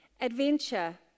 Adventure